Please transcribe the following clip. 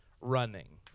running